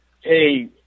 Hey